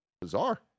bizarre